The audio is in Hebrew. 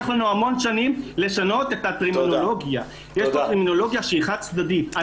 לקח לנו המון שנים לשנות את הטרמינולוגיה החד-צדדית הזאת.